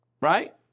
right